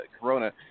Corona